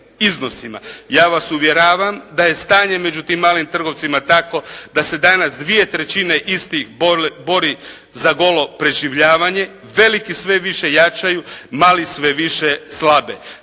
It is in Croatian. Ja vas uvjeravam da je stanje među tim malim trgovcima tako da se danas 2/3 istih bori za golo preživljavanje, veliki sve više jačaju, mali sve više slabe.